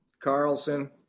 Carlson